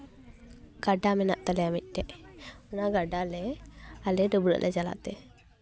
ᱜᱟᱰᱟ ᱢᱮᱱᱟᱜ ᱛᱟᱞᱮᱭᱟ ᱢᱤᱫᱴᱮᱡ ᱚᱱᱟ ᱜᱟᱰᱟᱞᱮ ᱟᱞᱮ ᱰᱟᱹᱵᱽᱨᱟᱹᱜ ᱞᱮ ᱪᱟᱞᱟᱜ ᱛᱮ